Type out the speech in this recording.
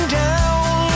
down